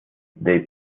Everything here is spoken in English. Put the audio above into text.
they